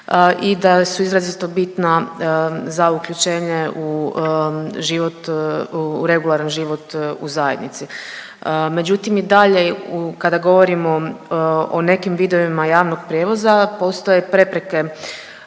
i da su izrazito bitna za uključenje u život, u regularan život u zajednici. Međutim i dalje kada govorimo o nekim vidovima javnog prijevoza postoje prepreke